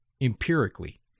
empirically